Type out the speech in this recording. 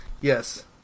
Yes